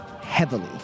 heavily